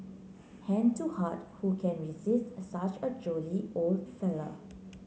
hand to heart who can resist such a jolly old fellow